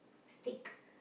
steak